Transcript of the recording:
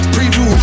Preview